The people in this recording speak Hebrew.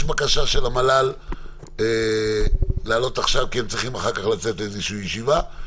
יש בקשה של המל"ל לעלות עכשיו כי הם צריכים לצאת לאיזושהי ישיבה,